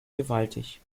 gewaltig